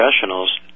professionals